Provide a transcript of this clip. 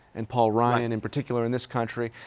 and paul ryan in particular in this country,